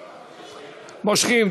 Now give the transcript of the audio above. מושכים.